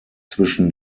zwischen